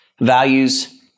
values